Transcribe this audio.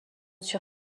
sur